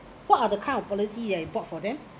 what are the kind of policy that you bought for them